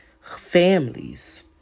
families